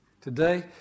Today